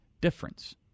difference